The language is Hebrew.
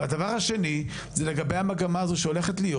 והדבר השני זה לגבי המגמה הזאת שהולכת להיות.